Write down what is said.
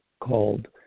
called